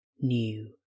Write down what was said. new